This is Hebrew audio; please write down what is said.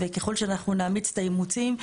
וככל שאנחנו נאמץ את האימוצים,